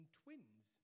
twins